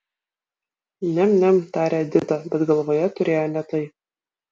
niam niam tarė edita bet galvoje turėjo ne tai